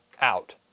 out